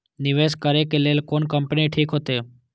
निवेश करे के लेल कोन कंपनी ठीक होते?